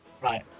Right